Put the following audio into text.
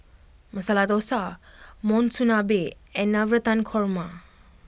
Masala Dosa Monsunabe and Navratan Korma